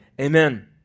Amen